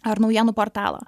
ar naujienų portalo